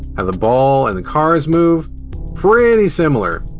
and the ball, and the cars move pretty similar.